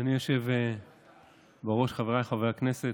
אדוני היושב-ראש, חבריי חברי הכנסת,